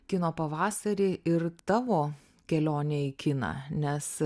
kino pavasarį ir tavo kelionę į kiną nes